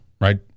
right